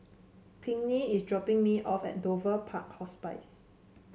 Pinkney is dropping me off at Dover Park Hospice